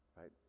right